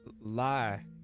lie